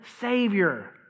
Savior